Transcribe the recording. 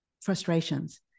frustrations